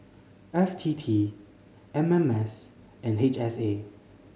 F T T M M S and H S A